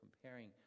comparing